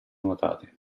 nuotate